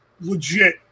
legit